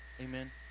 Amen